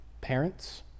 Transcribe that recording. parents